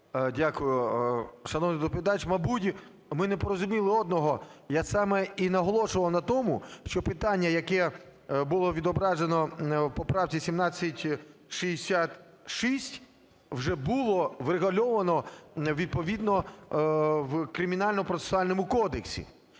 Дякую. Шановний доповідач, мабуть, ми не порозуміли одного. Я саме і наголошував на тому, що питання, яке було відображено в поправці 1766 вже було врегульовано відповідно в Кримінально-процесуальному кодексі.